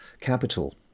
Capital